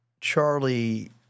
Charlie